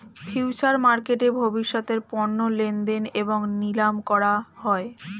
future মার্কেটে ভবিষ্যতের পণ্য লেনদেন এবং নিলাম করা হয়